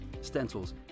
stencils